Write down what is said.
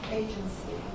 agency